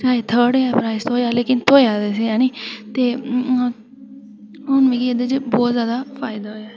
भाएं third prize थ्होआ पर थ्होआ ते असें ई ते हू मिगी इं'दे च बहुत जादा फायदा होआ